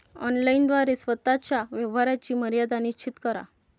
online द्वारे स्वतः च्या व्यवहाराची मर्यादा निश्चित करा